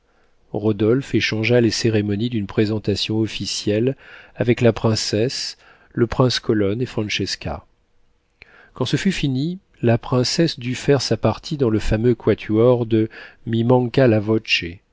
rodolphe échangea les cérémonies d'une présentation officielle avec la princesse le prince colonne et francesca quand ce fut fini la princesse dut faire sa partie dans le fameux quatuor de